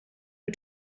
who